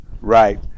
Right